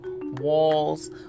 walls